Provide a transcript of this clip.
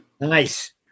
Nice